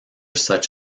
such